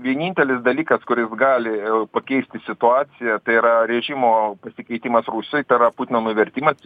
vienintelis dalykas kuris gali pakeisti situaciją tai yra režimo pasikeitimas rusijoje tai yra putino nuvertimas